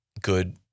good